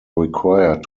required